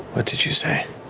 what did you say?